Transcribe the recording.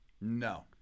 No